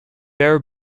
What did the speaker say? beir